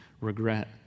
regret